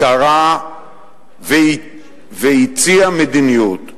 קרא והציע מדיניות.